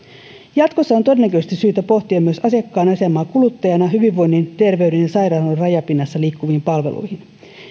jatkossa on todennäköisesti syytä pohtia myös asiakkaan asemaa kuluttajana hyvinvoinnin terveyden ja sairaanhoidon rajapinnassa liikkuvissa